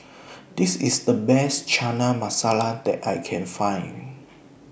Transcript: This IS The Best Chana Masala that I Can Find